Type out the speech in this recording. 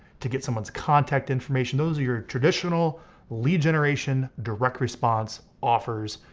to get someone's contact information, those are your traditional lead generation direct response, offers,